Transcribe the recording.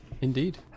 indeed